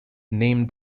named